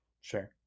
sure